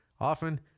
often